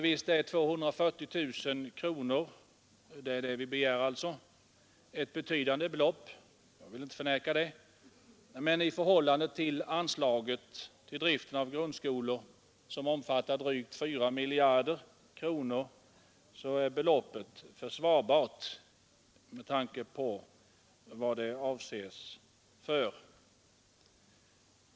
Visst är 240 000 kronor ett betydande belopp — det vill jag inte förneka — men i förhållande till anslaget till driften av grundskolor på drygt 4 miljarder kronor är beloppet försvarbart med tanke på ändamålet.